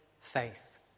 faith